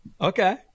Okay